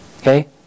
Okay